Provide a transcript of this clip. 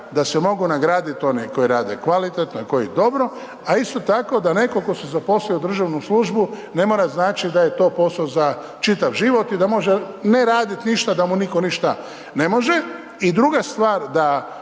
da se mogu nagradit oni koji rade kvalitetno i koji dobro, a isto tako da neko ko se zaposlio u državnu službu ne mora značit da je to poso za čitav život i da može ne radit ništa, da mu nitko ništa ne može. I druga stvar da